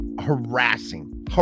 harassing